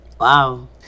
Wow